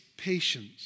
patience